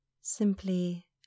simply